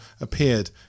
appeared